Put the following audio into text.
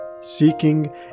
Seeking